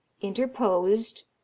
interposed